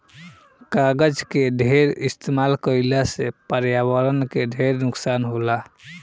कागज के ढेर इस्तमाल कईला से पर्यावरण के ढेर नुकसान होला